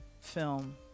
film